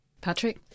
Patrick